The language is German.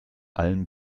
allem